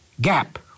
gap